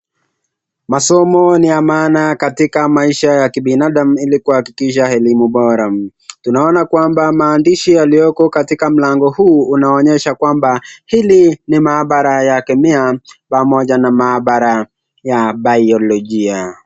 Masomo ni ya maana katika maisha ya kibinadamu ili kuhakikisha elimu bora tunaona kwamba maandishi yaliyoko katika mlango huu hili ni maabara ya kemia pamoja na maabara ya biolojia.